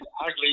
ugly